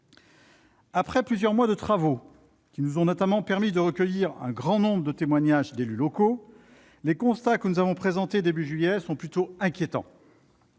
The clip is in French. Après plusieurs mois de travaux, qui nous ont notamment permis de recueillir un grand nombre de témoignages d'élus locaux, les constats que nous avons présentés au début du mois de juillet dernier sont plutôt inquiétants.